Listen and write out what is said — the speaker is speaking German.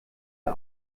der